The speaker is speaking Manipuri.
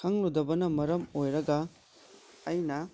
ꯈꯪꯂꯨꯗꯕꯅ ꯃꯔꯝ ꯑꯣꯏꯔꯒ ꯑꯩꯅ